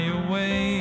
away